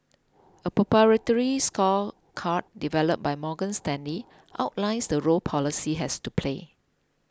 a proprietary score card developed by Morgan Stanley outlines the role policy has to play